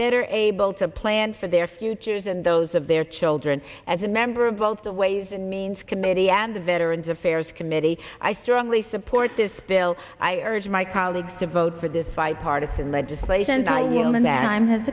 better able to plan for their futures and those of their children as a member of both the ways and means committee and the veterans affairs committee i strongly support this bill i urge my colleagues to vote for this bipartisan legislation